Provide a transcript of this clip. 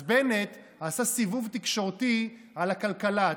אז בנט עשה סיבוב תקשורתי על הכלכלה,